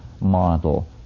model